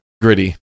gritty